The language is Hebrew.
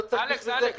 לא צריך בשביל זה כלום.